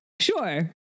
Sure